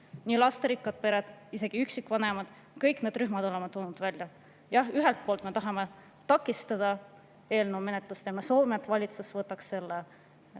lasterikkad pered, isegi üksikvanemad, kõik need rühmad oleme toonud välja. Jah, ühelt poolt me tahame takistada eelnõu menetlust ja me soovime, et valitsus võtaks selle